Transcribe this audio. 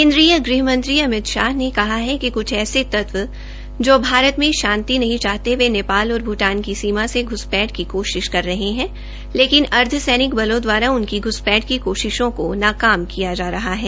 केन्द्रीय गृहमंत्री ने कहा है कि कुछ ऐसे तत्व जो भारत में शांति नहीं चाहजे वे नेपाल और भूटान की सीमा से घ्सपैठ की कोशिश कर रहे है लेकिन अर्धसैनिक बलों दवारा उनकी घ्सपैठ की कोशिशों को नाकाम किया जारहा है